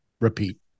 Repeat